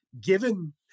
given